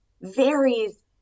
varies